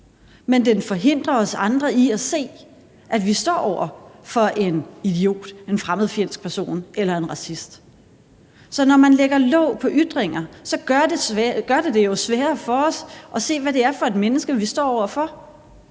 men den forhindrer os andre i at se, at vi står over for en idiot, en fremmedfjendsk person eller en racist. Så når man lægger låg på ytringer, gør det det jo sværere for os at se, hvad det er for et menneske, vi står over for.